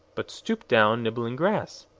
but stooped down, nibbling grass.